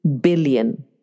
billion